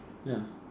ya